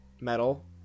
metal